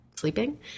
sleeping